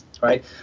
right